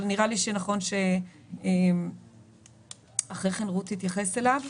אבל נראה לי שנכון שאחרי כן רות תתייחס אליו.